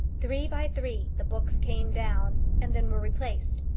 three by three the books came down, and then were replaced.